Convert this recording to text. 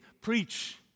preach